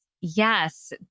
Yes